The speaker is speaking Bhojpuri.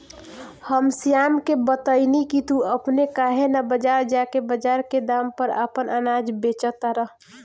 हम श्याम के बतएनी की तू अपने काहे ना बजार जा के बजार के दाम पर आपन अनाज बेच तारा